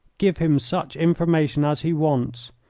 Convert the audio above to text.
give him such information as he wants.